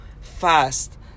fast